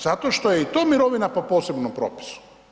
Zato što je i to mirovina po posebnom propisu.